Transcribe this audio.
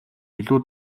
илүү